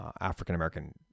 African-American